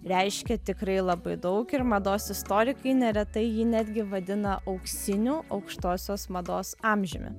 reiškė tikrai labai daug ir mados istorikai neretai jį netgi vadina auksiniu aukštosios mados amžiumi